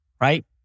Right